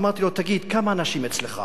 אמרתי לו: תגיד, כמה אנשים אצלך